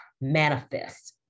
manifest